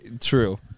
true